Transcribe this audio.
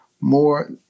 more